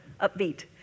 upbeat